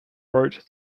wrote